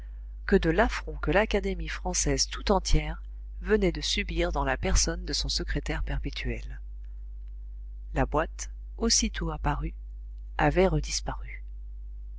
que de l'affront que l'académie française tout entière venait de subir dans la personne de son secrétaire perpétuel la boîte aussitôt apparue avait redisparu